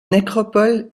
nécropole